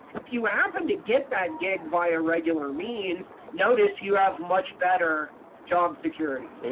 if you happen to get that gig via regular means, notice you have much better job security.